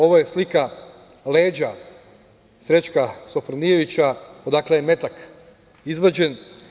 Ovo je slika leđa Srećka Sofronijevića odakle je metak izvađen.